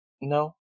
no